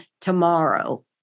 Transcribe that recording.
tomorrow